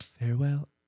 farewell